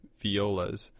violas